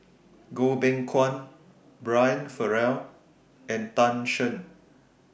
Goh Beng Kwan Brian Farrell and Tan Shen